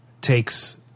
takes